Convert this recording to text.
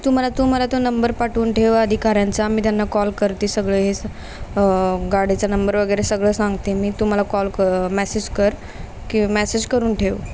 तू मला तू मला तो नंबर पाठवून ठेवा अधिकाऱ्यांचा मी त्यांना कॉल करते सगळे हे स गाडीचा नंबर वगैरे सगळं सांगते मी तू मला कॉल क मॅसेज कर की मॅसेज करून ठेव